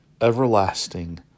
everlasting